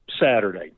saturday